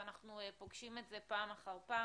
ואנחנו פוגשים את זה פעם אחר פעם.